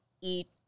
eat